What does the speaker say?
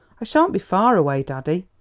i sha'n't be far away, daddy.